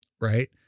right